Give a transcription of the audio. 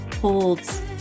holds